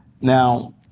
Now